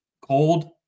cold